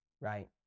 right